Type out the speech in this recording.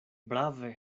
brave